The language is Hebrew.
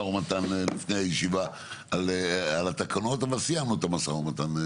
ומתן לפני הישיבה אבל סיימנו את המשא ומתן.